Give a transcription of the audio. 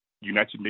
United